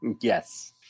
Yes